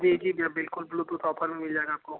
जी जी भैया बिल्कुल ब्लूटूथ ऑफर में मिल जाएगा आपको